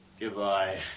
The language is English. Goodbye